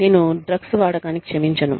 నేను డ్రగ్స్ వాడకాన్ని క్షమించను